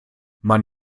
man